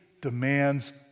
demands